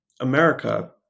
America